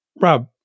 Rob